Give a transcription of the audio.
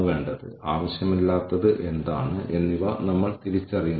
കാരണം അത് ആവശ്യമാണെന്ന് എനിക്കറിയാം